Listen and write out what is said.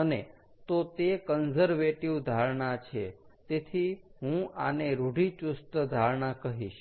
અને તો તે કન્ઝર્વેટિવ ધારણા છે તેથી હું આને રૂઢિચુસ્ત ધારણા કહીશ